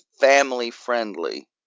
family-friendly